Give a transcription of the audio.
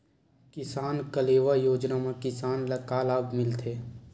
किसान कलेवा योजना म किसान ल का लाभ मिलथे?